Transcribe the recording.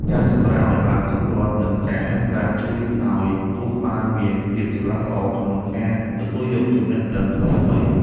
ការសម្រាកឱ្យបានគ្រប់គ្រាន់ និងការហាត់ប្រាណជួយឱ្យខួរក្បាលមានភាពស្រឡះល្អក្នុងការទទួលយកចំណេះដឹងថ្មីៗ។